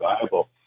viable